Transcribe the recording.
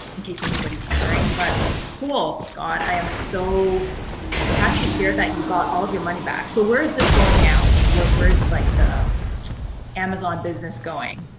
in case anybody is wondering. but cool, scott, i am so happy to hear that you got all of your money back. so where is this going now? like where is like the amazon business going?